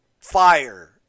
fire